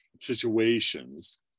situations